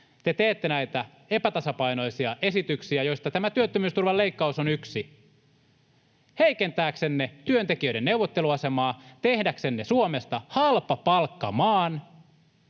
Te teette näitä epätasapainoisia esityksiä, joista tämä työttömyysturvan leikkaus on yksi, heikentääksenne työntekijöiden neuvotteluasemaa, tehdäksenne Suomesta halpapalkkamaan